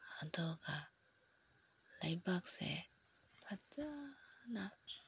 ꯑꯗꯨꯒ ꯂꯩꯕꯥꯛꯁꯦ ꯐꯖꯅ